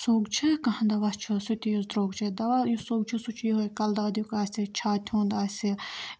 سوٚگ چھُ کانٛہہ دَوا چھُ سُہ تہِ یُس درٛوگ چھُ دَوا یُس سوٚگ چھُ سُہ چھُ یِہوے کَلہٕ دادیٛک آسہِ چھاتہِ ہُنٛد آسہِ